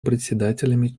председателями